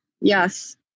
Yes